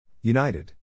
United